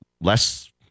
less